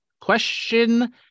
Question